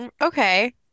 Okay